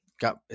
Got